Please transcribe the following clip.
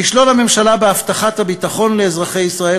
כישלון הממשלה בהבטחת הביטחון לאזרחי ישראל